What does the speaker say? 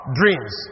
dreams